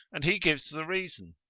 and he gives the reason,